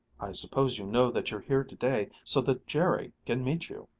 i suppose you know that you're here today so that jerry can meet you.